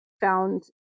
found